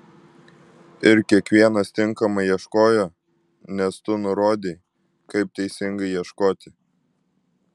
ir kiekvienas tinkamai ieškojo nes tu nurodei kaip teisingai ieškoti